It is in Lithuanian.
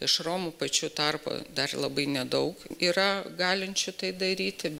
iš romų pačių tarpo dar labai nedaug yra galinčių tai daryti